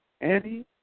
Annie